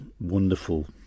wonderful